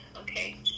Okay